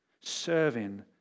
Serving